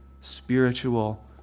spiritual